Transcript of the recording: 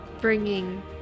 bringing